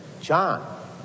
John